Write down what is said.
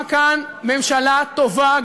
גם אליהם כשכבות חלשות וכעניים,